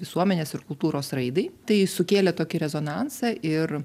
visuomenės ir kultūros raidai tai sukėlė tokį rezonansą ir